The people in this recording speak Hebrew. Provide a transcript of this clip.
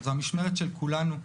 זו המשמרת של כולנו.